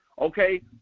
okay